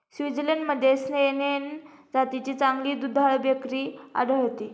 स्वित्झर्लंडमध्ये सॅनेन जातीची चांगली दुधाळ बकरी आढळते